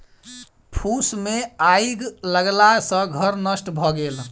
फूस मे आइग लगला सॅ घर नष्ट भ गेल